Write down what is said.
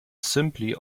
simply